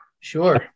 Sure